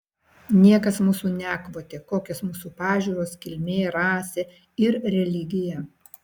niekas mūsų nekvotė kokios mūsų pažiūros kilmė rasė ir religija